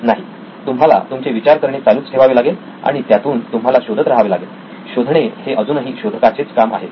नाही तुम्हाला तुमचे विचार करणे चालूच ठेवावे लागेल आणि त्यातून तुम्हाला शोधत राहावे लागेल शोधणे हे अजूनही शोधकाचेच काम आहे